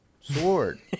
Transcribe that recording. Sword